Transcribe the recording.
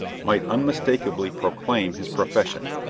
might unmistakably proclaim his profession.